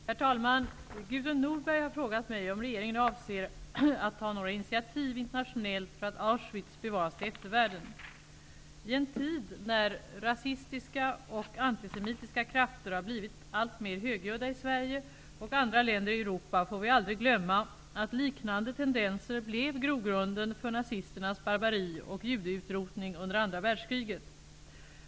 Herr talman! Gudrun Norberg har frågat mig om regeringen avser att ta några initiativ internationellt för att Auschwitz bevaras till eftervärlden. I en tid när rasistiska och antisemitiska krafter har blivit alltmer högljudda i Sverige och andra länder i Europa, får vi aldrig glömma att liknande tendenser blev grogrunden för nazisternas barbari och judeutrotning under andra världskriget.